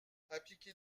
appliqués